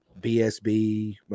BSB